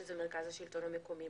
שזה מרכז השלטון המקומי.